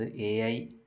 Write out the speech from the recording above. AI